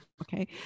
Okay